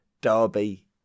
Derby